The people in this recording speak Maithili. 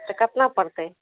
तऽ कतना परतै